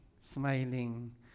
smiling